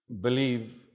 believe